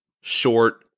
short